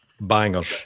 Bangers